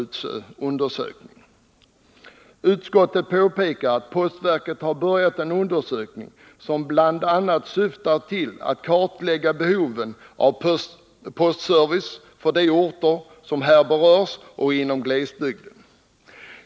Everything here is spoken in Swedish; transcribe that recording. Utskottet påpekar att postverket har börjat en undersökning som bl.a. syftar till att kartlägga behovet av postservice för de orter som här berörs och inom glesbygden.